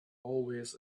always